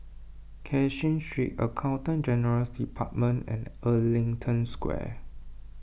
Cashin Street Accountant General's Department and Ellington Square